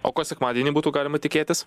o ko sekmadienį būtų galima tikėtis